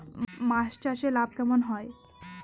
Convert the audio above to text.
মাছ চাষে লাভ কেমন হয়?